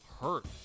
hurt